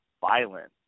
violent